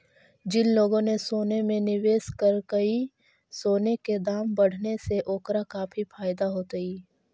जिन लोगों ने सोने में निवेश करकई, सोने के दाम बढ़ने से ओकरा काफी फायदा होतई